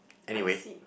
I see